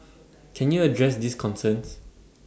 can you address these concerns